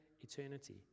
eternity